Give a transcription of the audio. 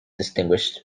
distinguished